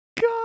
God